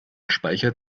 speicher